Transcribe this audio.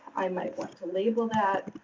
i might want to label that